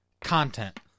content